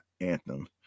anthem